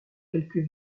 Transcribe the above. quelques